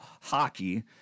hockey